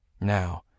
Now